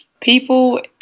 people